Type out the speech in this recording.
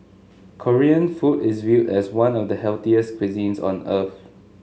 Korean food is viewed as one of the healthiest cuisines on earth